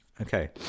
Okay